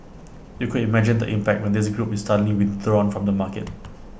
you could imagine the impact when this group is suddenly withdrawn from the market